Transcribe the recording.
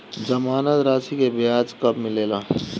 जमानद राशी के ब्याज कब मिले ला?